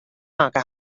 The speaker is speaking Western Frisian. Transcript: makke